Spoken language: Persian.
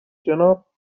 جناب